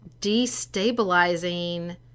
destabilizing